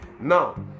Now